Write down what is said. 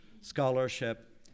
scholarship